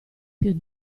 più